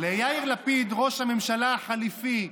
ליאיר לפיד, ראש הממשלה החליפי,